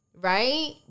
Right